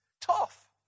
Tough